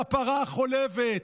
לפרה החולבת,